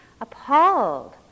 appalled